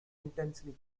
intensely